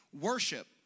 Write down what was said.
Worship